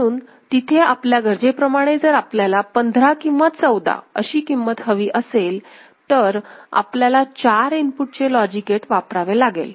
म्हणून तिथे आपल्या गरजेप्रमाणे जर आपल्याला 15 किंवा 14 अशी किंमत हवी असेल तर आपल्याला चार इनपुट चे लॉजिक गेट वापरावे लागेल